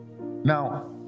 now